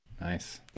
Nice